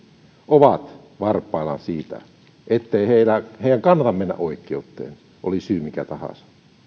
ovat tämän jälkeen varpaillaan ettei heidän kannata mennä oikeuteen oli syy mikä tahansa